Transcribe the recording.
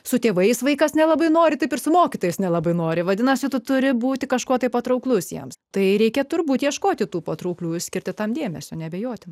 su tėvais vaikas nelabai nori taip ir su mokytojais nelabai nori vadinasi tu turi būti kažkuo tai patrauklus jiems tai reikia turbūt ieškoti tų patraukliųjų skirti tam dėmesio neabejoti